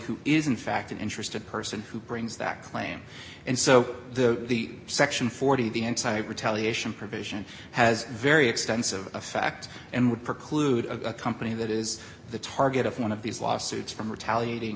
who is in fact an interested person who brings that claim and so the the section forty of the inside retaliation provision has very extensive a fact and would preclude a company that is the target of one of these lawsuits from retaliating